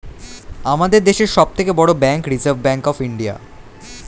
আমাদের দেশের সব থেকে বড় bank reserve bank of India